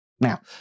Now